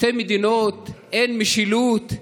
שתי מדינות, אין משילות,